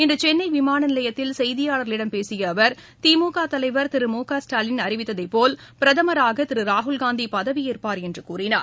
இன்று சென்னை விமான நிலையத்தில் செய்தியாளர்களிடம் பேசிய அவர் திமுக தலைவர் திரு முக ஸ்டாலின் அறிவித்ததைபோல் பிரதமராக திரு ராகுல் காந்தி பதவியேற்பார் என்று கூறினார்